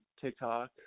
TikTok